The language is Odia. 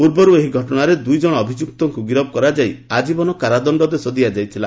ପୂର୍ବରୁ ଏହି ଘଟଣାରେ ଦୁଇଜଣ ଅଭିଯ୍ବକ୍ତଙ୍କୁ ଗିରଫ କରାଯାଇ ଆଜୀବନ କାରାଦଣ୍ଡାଦେଶ ଦିଆଯାଇଥିଲା